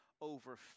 over